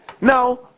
now